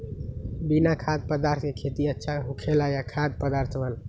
बिना खाद्य पदार्थ के खेती अच्छा होखेला या खाद्य पदार्थ वाला?